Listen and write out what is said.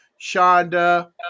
Shonda